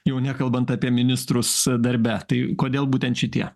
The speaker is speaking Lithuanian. jau nekalbant apie ministrus darbe tai kodėl būtent šitie